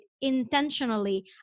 intentionally